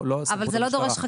אבל זה אפילו לא דורש חקיקה.